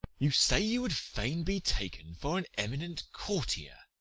you say you would fain be taken for an eminent courtier?